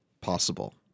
possible